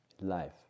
life